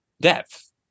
depth